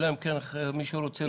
אלא אם כן מישהו רוצה לומר.